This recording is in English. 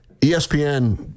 ESPN